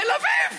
תל אביב,